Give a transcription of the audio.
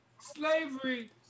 Slavery